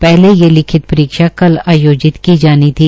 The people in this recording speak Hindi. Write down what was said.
पहले यह लिखित परीक्षा कल आयोजित की जानी थी